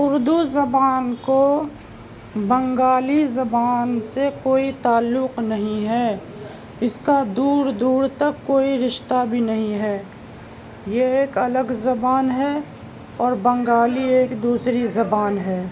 اردو زبان کو بنگالی زبان سے کوئی تعلق نہیں ہے اس کا دور دور تک کوئی رشتہ بھی نہیں ہے یہ ایک الگ زبان ہے اور بنگالی ایک دوسری زبان ہے